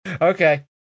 Okay